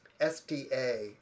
SDA